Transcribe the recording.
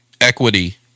equity